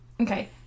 Okay